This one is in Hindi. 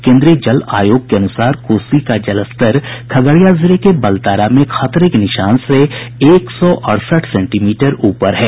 केन्द्रीय जल आयोग के अनुसार कोसी का जलस्तर खगड़िया जिले के बलतारा में खतरे के निशान से एक सौ अड़सठ सेंटीमीटर ऊपर है